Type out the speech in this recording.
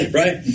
right